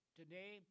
today